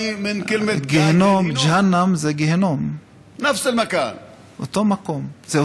ג'יהנם זה גיהינום, זה אותו מקום.